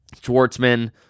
Schwartzman